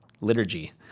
liturgy